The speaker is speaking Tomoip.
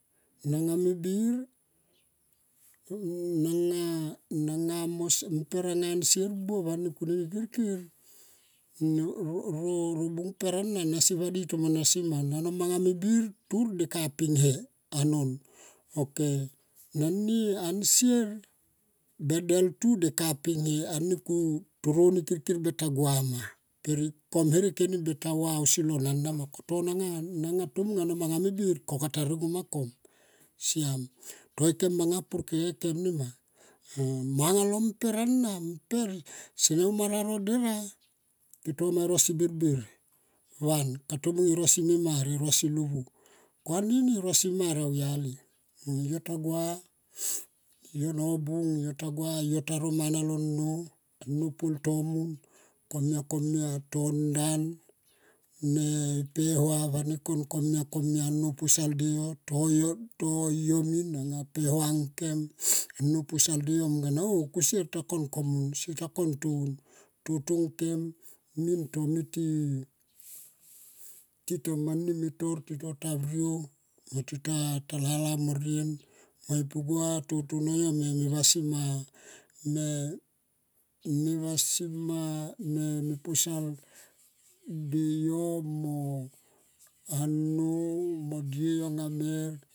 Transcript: Nanga me bir naga me mper anga ansier buop ani kune ni kirkir robung per ana nasi vadi tomo nasi ano manga me bir tu nde kaping ne ok nani ansier be deltu nde kaping ne ok nani ansier be deltu nde kaping ne toro ni kirkir beta gua ma per ikom herek eni beta va ausi lo nana ma koto nanga tomung anga me bir kom kata ringo ma kom siam to ika manga pur keke kem nema mo anga lo mper sene uma raro dera ke ka e rosi birbir van ka tomun e rosi me mar me livu. Ko anini erosi mar taniali. Yo tagua yo no bung yo ta gua taro mana lo nou anou pul tomun komia komia to ndan ne pehua va ne kunkun komia komia anou posal tua yo to yo min anga pehua ano yo. A nou posal me ne yo oh seta kon toun totong kem min to mi ti ta mani me tor tota viriou mo tita lala mo rien mo, pu gua. Toto no yo me vasima ne posal nde yo mo die yo anga mer.